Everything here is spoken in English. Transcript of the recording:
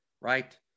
right